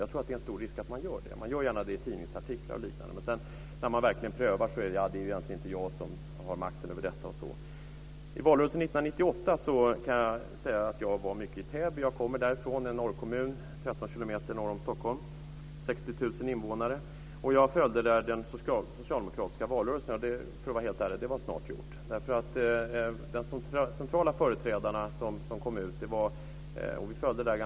Jag tror att det är stor risk för att man gör det i tidningsartiklar o.d. När det skärskådas blir då beskedet: Ja, det är egentligen inte jag som har makten över detta osv. I valrörelsen 1998 var jag mycket i Täby. Jag kommer därifrån. Det är en kommun 13 kilometer norr om Stockholm med 60 000 invånare. Jag följde den socialdemokratiska valrörelsen där, och det var ärligt sagt snart gjort. Jag följde den ganska noga, och det kom en gång en central företrädare.